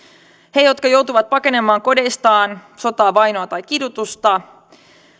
he jotka joutuvat pakenemaan kodeistaan sotaa vainoa tai kidutusta